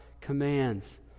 commands